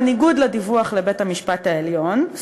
בניגוד לדיווח לבית-המשפט העליון,